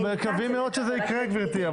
אנחנו מקווים מאוד שזה יקרה, גברתי.